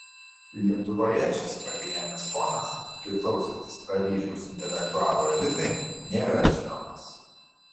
lietuvoje šis pagyvenęs ponas priklausantis paryžiaus intelektualų elitui nėra žinomas